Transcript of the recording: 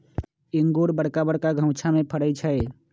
इंगूर बरका बरका घउछामें फ़रै छइ